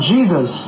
Jesus